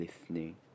listening